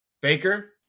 Baker